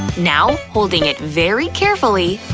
now, holding it very carefully,